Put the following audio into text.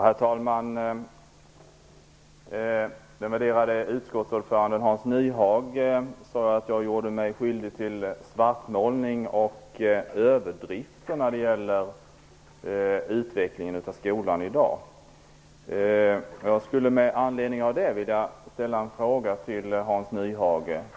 Herr talman! Den värderade utskottsordföranden Hans Nyhage sade att jag gjorde mig skyldig till svartmålning och överdrifter när det gäller utvecklingen av skolan i dag. Med anledning av det vill jag ställa en fråga till Hans Nyhage.